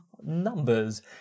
numbers